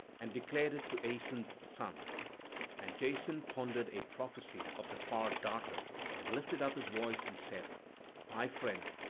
and declared it to aeson's son and jason pondered a prophecy of the far-darter and lifted up his voice and said my friend,